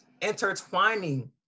intertwining